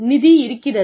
நிதி இருக்கிறது